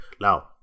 Now